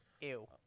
Ew